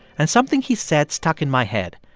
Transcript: and something he said stuck in my head.